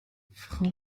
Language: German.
frau